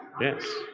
Yes